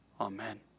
Amen